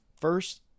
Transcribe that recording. first